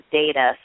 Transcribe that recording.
data